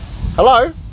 hello